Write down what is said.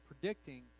predicting